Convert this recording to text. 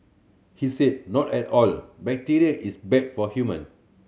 he said not at all bacteria is bad for human